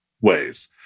ways